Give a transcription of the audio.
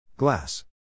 Glass